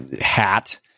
hat